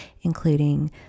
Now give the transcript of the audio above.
including